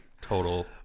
total